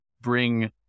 bring